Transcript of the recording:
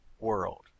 world